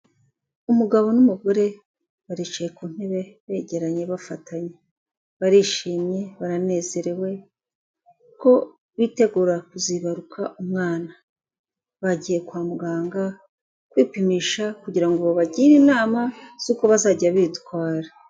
Umugabo n'umugore baricaye ku ntebe begeranye bafatanye, barishimye baranezerewe kuko bitegura kuzibaruka umwana, bagiye kwa muganga kwipimisha kugira ngo babagire inama z'uko bazajya bitwara.